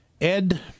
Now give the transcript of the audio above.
Ed